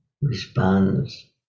responds